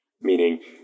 meaning